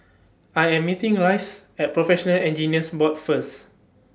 I Am meeting Rice At Professional Engineers Board First